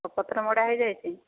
ପତ୍ର ମଡ଼ା ହେଇଯାଇଛି